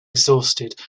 exhausted